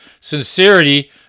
sincerity